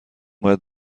باید